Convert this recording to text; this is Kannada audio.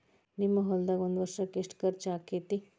ನಿಮ್ಮ ಹೊಲ್ದಾಗ ಒಂದ್ ವರ್ಷಕ್ಕ ಎಷ್ಟ ಖರ್ಚ್ ಆಕ್ಕೆತಿ?